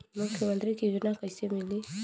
मुख्यमंत्री के योजना कइसे मिली?